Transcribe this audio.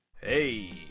Hey